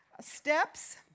steps